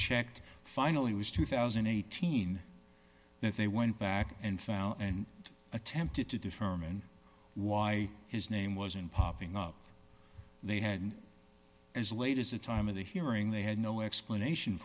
checked finally was two thousand and eighteen that they went back and found and attempted to determine why his name wasn't popping up they had as late as the time of the hearing they had no explanation